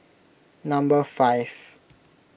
number five